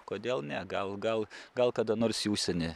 kodėl ne gal gal gal kada nors į užsienį